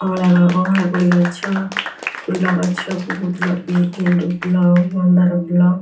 ଅଁଅଳା ଅଁଅଳା କୋଳି ଗଛ ଫୁଲ ଗଛ ବି ବହୁତ ଲଗାଏ ଗେଣ୍ଡୁ ଫୁଲ ମନ୍ଦାର ଫୁଲ